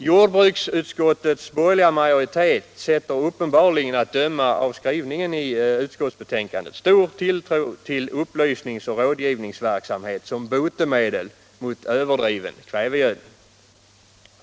Jordbruksutskottets borgerliga majoritet sätter uppenbarligen, att döma av skrivningen i utskottsbetänkandet, stor tilltro till upplysnings och rådgivningsverksamhet som botemedel mot överdriven kvävegödning.